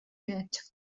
that